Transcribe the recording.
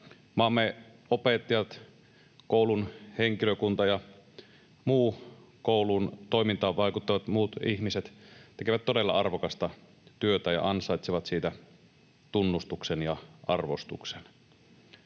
Maamme opettajat, koulun henkilökunta ja koulun toimintaan vaikuttavat muut ihmiset tekevät todella arvokasta työtä ja ansaitsevat siitä tunnustuksen ja arvostuksen.